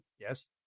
Yes